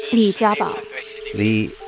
li jiabao li.